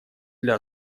для